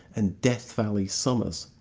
and death valley summers.